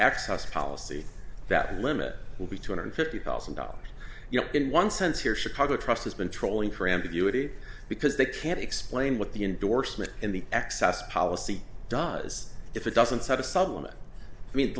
excess policy that limit will be two hundred fifty thousand dollars you know in one sense here chicago trust has been trolling for ambiguity because they can't explain what the endorsement in the excess policy does if it doesn't set a supplement i mean